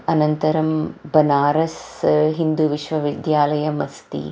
अनन्तरं बनारस् हिन्दुविश्वविद्यालयमस्ति